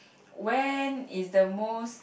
when is the most